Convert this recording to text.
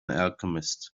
alchemist